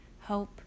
help